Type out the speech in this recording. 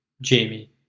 Jamie